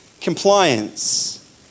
compliance